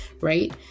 right